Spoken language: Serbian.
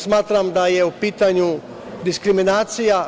Smatram da je u pitanju diskriminacija.